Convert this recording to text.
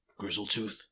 Grizzletooth